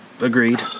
agreed